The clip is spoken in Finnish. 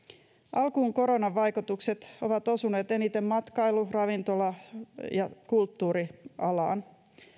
alkuun koronan vaikutukset ovat osuneet eniten matkailu ravintola ja kulttuurialaan